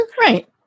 Right